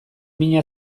mina